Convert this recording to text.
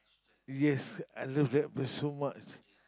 yes I love that place so much